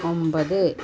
ഒമ്പത്